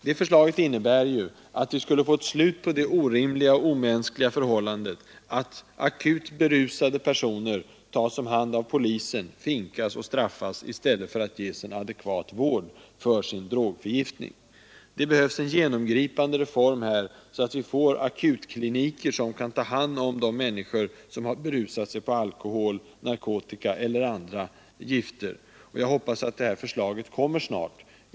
Det innebär att vi skulle få ett slut på det orimliga och omänskliga förhållandet att akut berusade personer tas om hand av polisen, finkas och straffas i stället för att ges en adekvat vård för sin drogförgiftning. Det behövs en genomgripande reform, innebärande att vi får akutkliniker som kan ta hand om de människor som har berusat sig på alkohol, narkotika eller andra gifter. Jag hoppas att detta förslag framläggs snart.